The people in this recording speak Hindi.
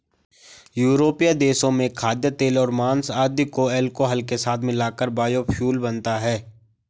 यूरोपीय देशों में खाद्यतेल और माँस आदि को अल्कोहल के साथ मिलाकर बायोफ्यूल बनता है